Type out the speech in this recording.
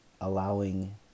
allowing